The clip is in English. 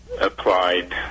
applied